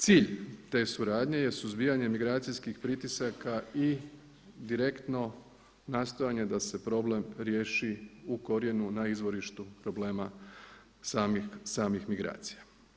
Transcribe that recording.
Cilj te suradnje je suzbijanje migracijskih pritisaka i direktno nastojanje da se problem riješi u korijenu na izvorištu problema samih migracija.